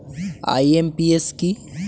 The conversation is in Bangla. আই.এম.পি.এস কি?